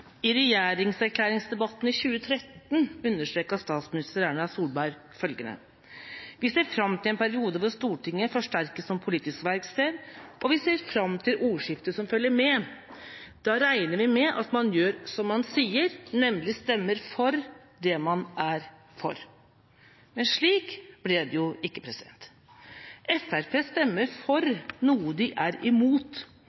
I regjeringserklæringsdebatten i 2013 understreket statsminister Erna Solberg følgende: «Vi ser frem til en periode hvor Stortinget forsterkes som politisk verksted, og vi ser frem til ordskiftene som følger med. Da regner vi med at man gjør som man sier, nemlig stemmer for det man er for Men slik ble det jo ikke. Fremskrittspartiet stemmer